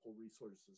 resources